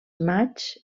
matxs